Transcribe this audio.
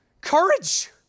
Courage